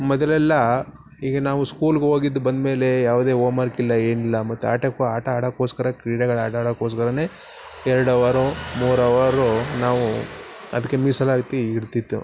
ಮೊದಲೆಲ್ಲ ಈಗ ನಾವು ಸ್ಕೂಲಿಗೆ ಹೋಗಿದ್ದು ಬಂದಮೇಲೆ ಯಾವುದೇ ಓಮ್ವರ್ಕ್ ಇಲ್ಲ ಏನಿಲ್ಲ ಮತ್ತು ಆಟಕ್ಕೆ ಆಟ ಆಡೋಕೋಸ್ಕರ ಕ್ರೀಡೆಗಳು ಆಟಾಡೋಕ್ಕೋಸ್ಕರವೇ ಎರಡು ಅವರು ಮೂರು ಅವರು ನಾವು ಅದಕ್ಕೆ ಮೀಸಲಾತಿ ಇಡ್ತಿತ್ತು